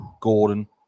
Gordon